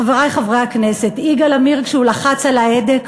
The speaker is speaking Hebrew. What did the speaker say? חברי חברי הכנסת, יגאל עמיר, כשהוא לחץ על ההדק,